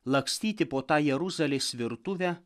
lakstyti po tą jeruzalės virtuvę